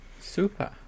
super